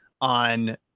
on